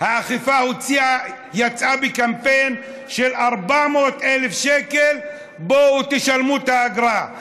האכיפה יצאה בקמפיין של 400,000 שקל: בואו תשלמו את האגרה,